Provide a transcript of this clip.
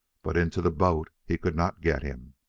but into the boat he could not get him.